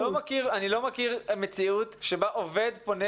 התרבות והספורט): אני לא מכיר מציאות שבה עובד פונה